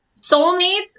soulmates